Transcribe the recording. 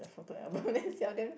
their photo album then sell them